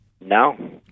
No